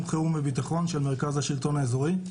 חירום וביטחון של מרכז השלטון האזורי,